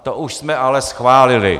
To už jsme ale schválili.